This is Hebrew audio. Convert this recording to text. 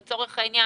לצורך העניין,